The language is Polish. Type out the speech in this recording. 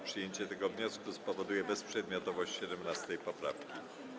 Przyjęcie tego wniosku spowoduje bezprzedmiotowość 17. poprawki.